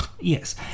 Yes